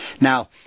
Now